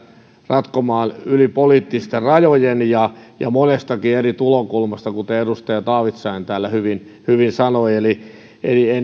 ratkomaan yli poliittisten rajojen ja monestakin eri tulokulmasta kuten edustaja taavitsainen täällä hyvin hyvin sanoi